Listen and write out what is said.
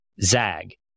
zag